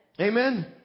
Amen